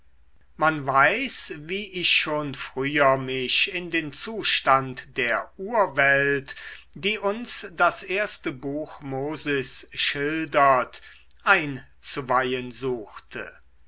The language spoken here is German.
man weiß wie ich schon früher mich in den zustand der urwelt die uns das erste buch mosis schildert einzuweihen suchte